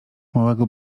małego